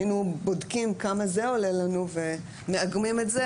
היינו בודקים כמה זה עולה לנו ומאגמים את זה,